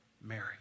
Mary